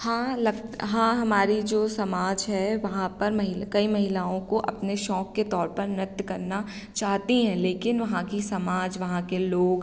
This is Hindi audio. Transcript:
हाँ लक हाँ हमारी जो समाज है वहाँ पर महिल कई महिलाओं को अपने शौक़ के तौर पर नृत्य करना चाहती हैं लेकिन वहाँ की समाज वहाँ के लोग